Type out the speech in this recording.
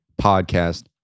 podcast